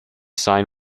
signed